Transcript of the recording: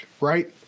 right